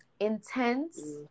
intense